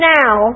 now